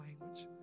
language